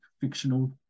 fictional